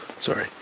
Sorry